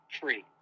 free